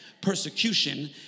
Persecution